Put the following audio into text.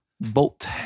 bolt